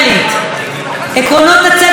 עקרונות הצדק התרבותי,